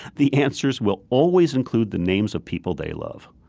the answers will always include the names of people they love.